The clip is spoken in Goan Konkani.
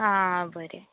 आ बरें